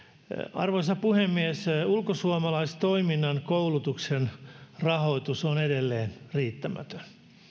arvoisa puhemies ulkosuomalaistoiminnan koulutuksen rahoitus on edelleen riittämätön